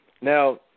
Now